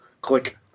click